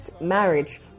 marriage